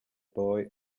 boy